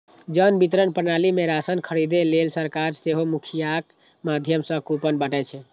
जन वितरण प्रणाली मे राशन खरीदै लेल सरकार सेहो मुखियाक माध्यम सं कूपन बांटै छै